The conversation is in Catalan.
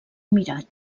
emirat